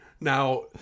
Now